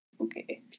okay